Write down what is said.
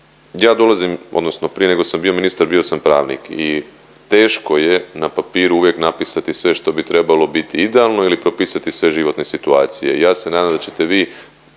Ja dolazim odnosno prije nego sam bio ministar bio sam pravnik i teško je na papiru uvijek napisati sve što bi trebalo biti idealno ili propisati sve životne situacije i ja se nadam da ćete vi